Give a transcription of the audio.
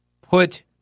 put